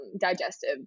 digestive